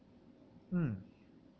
mm